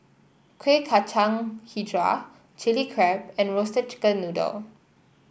Kuih Kacang hijau Chili Crab and Roasted Chicken Noodle